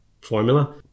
formula